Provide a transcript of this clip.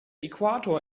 equator